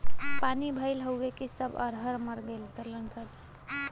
पानी भईल हउव कि सब अरहर मर गईलन सब